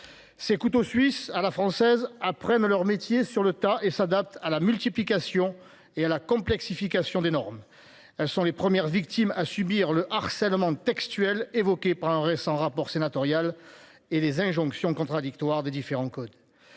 Ces couteaux suisses à la française après leur métier sur le tas et s'adapte à la multiplication et à la complexification des normes. Ce sont les premières victimes à subir le harcèlement textuel évoquée par un récent rapport sénatorial et les injonctions contradictoires des différents codes.